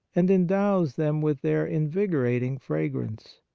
and endows them with their invigorating fragrance.